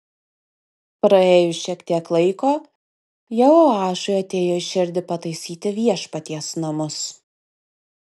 praėjus šiek tiek laiko jehoašui atėjo į širdį pataisyti viešpaties namus